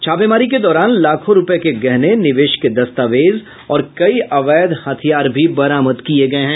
छापेमारी के दौरान लाखों रूपये के गहने निवेश के दस्तावेज और कई अवैध हथियार भी बरामद किये गये हैं